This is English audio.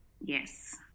Yes